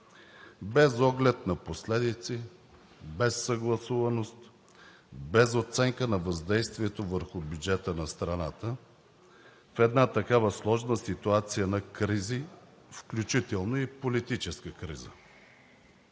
без оглед на последици, без съгласуваност, без оценка на въздействието върху бюджета на страната в една такава сложна ситуация на кризи, включително и политическа криза.